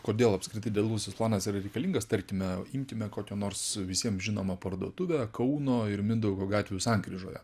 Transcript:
kodėl apskritai detalusis planas yra reikalingas tarkime imkime kokią nors visiems žinomą parduotuvę kauno ir mindaugo gatvių sankryžoje